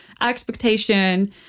expectation